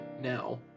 Now